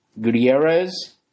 Gutierrez